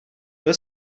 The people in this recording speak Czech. byl